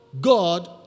God